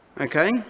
okay